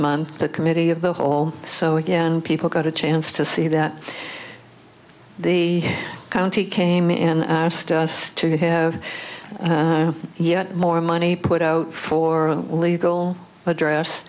month the committee of the hall so again people got a chance to see that the county came and asked us to have yet more money put out for a legal address